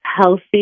healthy